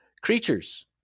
Creatures